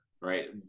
right